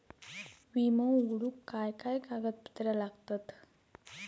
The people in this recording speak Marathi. विमो उघडूक काय काय कागदपत्र लागतत?